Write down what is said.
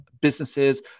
businesses